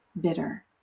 bitter